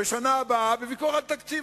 בשנה הבאה בוויכוח על התקציב,